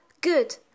Good